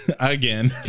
again